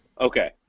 Okay